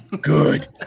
Good